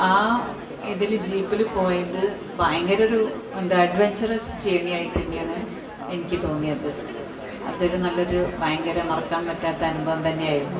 ആ ഇതിൽ ജീപ്പിൽ പോയത് ഭയങ്കര ഒരു ദി അഡ്വൻഞ്ചറസ് ജേർണി ആയിട്ട് തന്നെയാണ് എനിക്ക് തോന്നിയത് അതൊരു നല്ലൊരു ഭയങ്കര മറക്കാൻ പറ്റാത്ത അനുഭവം തന്നെയായിരുന്നു